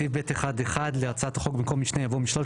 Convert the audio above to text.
בסעיף (ב1)(1) להצעת החוק יבוא 'משני' במקום 'משלושת',